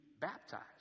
baptized